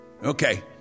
Okay